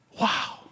Wow